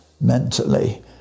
mentally